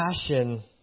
passion